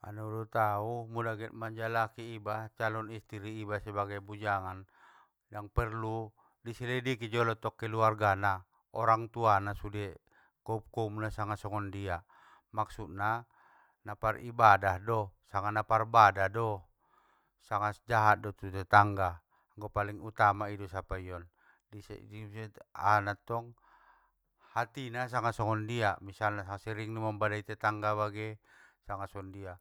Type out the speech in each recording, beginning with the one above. Manurut au mula get manjalaki iba, calon istiri iba sebagai bujangan, yang perlu, i selidiki jolo tong keluargana, orang tuana sude koum koumna sanga songondia, maksudna naparibadah do, sanga naparbada do, sanga jahat do tu tetangga, anggo paling utama, ido sapai jolo, ahana tong, hatina sanga songondia, misalna sering do mambadai tetangga bagen, sanga songondia.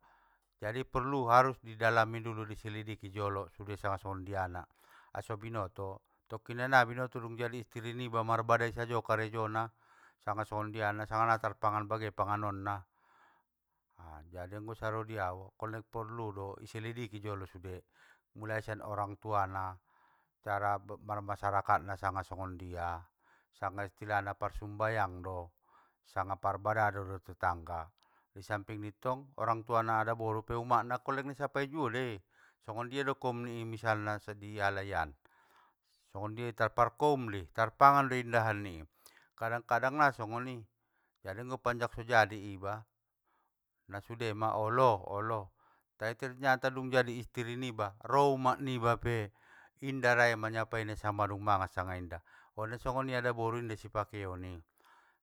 Jadi porlu harus di dalami dulu di selidiki jolo sude sanga songondiana, aso binoto, tokkinnai na binoto dung jadi istiri niba marbadai sajo karejona, sanga songondiana sanga natarpanagan bage panganonna. Jadi anggo saro diau, angkon lek porludo i selidiki jolo sude, mulai sian orang tuana, cara marmasarakat na sanga songondia, sanga istilahna parsumbayang do, sanga parbada do dot tetangga, di sappingittong orang tuana na adaboru pe umakna angkon leng nisapai juo dei, songondia do koum ni i misalna i dialaian, songon dia tarparkoun dei, tarpangan do indahan ni i, kadang kadang nga songoni, jadi anggo panjak so jadi iba, nasudema olo!, olo! Tai ternyata dung jadi istiri niba, ro umak niba pe, inda raia manyapaina sanga madung mangan sanga inda, on anggo songoni adaboru ngga sipake on i,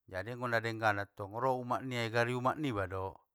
jadi anggo nadenggan attong, ro umak nia gari umak niba do.